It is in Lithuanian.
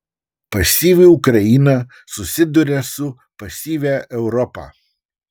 pasyvi ukraina susiduria su pasyvia europa